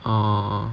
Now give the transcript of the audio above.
oh oh oh